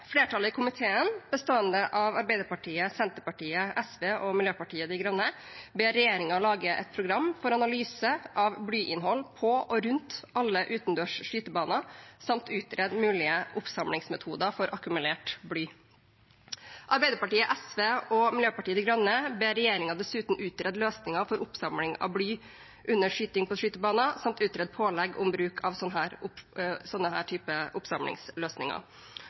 flertallet i komiteen, bestående av Arbeiderpartiet, Senterpartiet, SV og Miljøpartiet De Grønne, regjeringen lage et program for analyse av blyinnhold på og rundt alle utendørs skytebaner samt utrede mulige oppsamlingsmetoder for akkumulert bly. Arbeiderpartiet, SV og Miljøpartiet De Grønne ber regjeringen dessuten utrede løsninger for oppsamling av bly under skyting på skytebaner samt utrede pålegg om bruk av